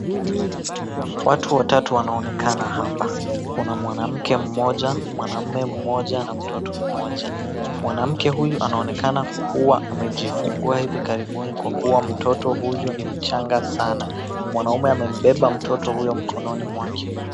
Watu watatu wanaonekana hapa. Kuna mwanamke mmoja, mwanamume mmoja na mtoto mmoja. Mwanamke huyu anaonekana kuwa amejifungua ivi karibuni kwa kuwa mtoto huyo ni mchanga sana. Mwanaume amembeba mtoto huyo mkononi mwake.